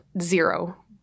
Zero